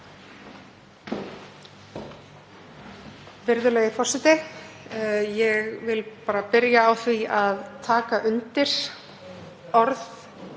Virðulegi forseti. Ég vil bara byrja á því að taka undir orð